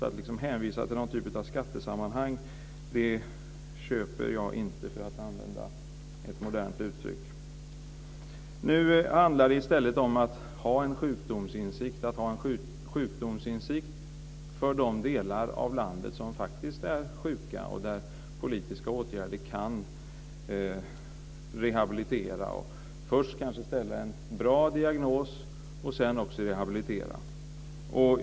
Att liksom hänvisa till någon typ av skattesammanhang, det köper jag inte, för att använda ett modernt uttryck. Nu handlar det i stället om att ha en sjukdomsinsikt för de delar av landet som faktiskt är sjuka och där politiska åtgärder kan rehabilitera. Först ska man kanske ställa en bra diagnos och sedan också rehabilitera.